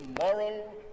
moral